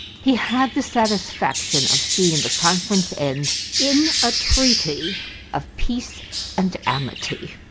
he had the satisfaction of seeing the conference end in a treaty of peace and amity.